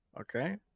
Okay